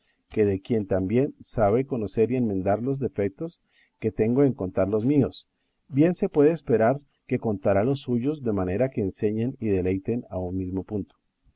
que de quien tan bien sabe conocer y enmendar los defetos que tengo en contar los míos bien se puede esperar que contará los suyos de manera que enseñen y deleiten a un mismo punto